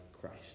Christ